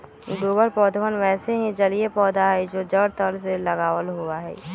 डूबल पौधवन वैसे ही जलिय पौधा हई जो जड़ तल से लगल होवा हई